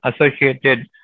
associated